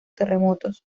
terremotos